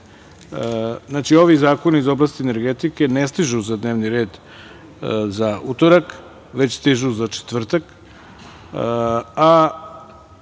red. Znači, ovi zakoni iz oblasti energetike ne stižu za dnevni red za utorak, već stižu za četvrtak,